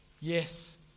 Yes